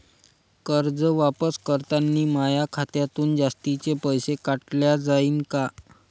कर्ज वापस करतांनी माया खात्यातून जास्तीचे पैसे काटल्या जाईन का?